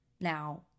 Now